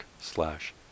slash